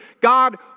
God